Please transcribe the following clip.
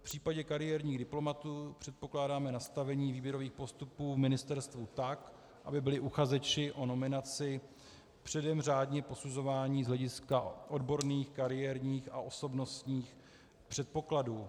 V případě kariérních diplomatů předpokládáme nastavení výběrových postupů v ministerstvu tak, aby byli uchazeči o nominaci předem řádně posuzováni z hlediska odborných, kariérních a osobnostních předpokladů.